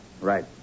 Right